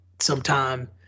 sometime